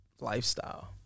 lifestyle